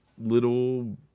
little